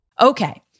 Okay